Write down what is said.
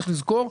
צריך לזכור,